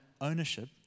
ownership